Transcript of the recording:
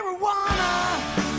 Marijuana